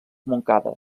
montcada